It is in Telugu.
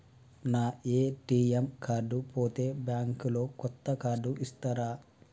నా ఏ.టి.ఎమ్ కార్డు పోతే బ్యాంక్ లో కొత్త కార్డు ఇస్తరా?